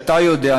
שאתה יודע,